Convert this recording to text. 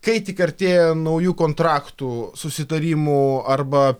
kai tik artėja naujų kontraktų susitarimų arba